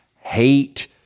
hate